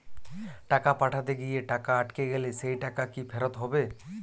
টাকা পাঠাতে গিয়ে টাকা আটকে গেলে সেই টাকা কি ফেরত হবে?